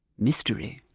mystery.